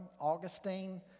Augustine